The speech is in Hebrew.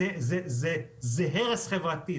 זה הרס חברתי,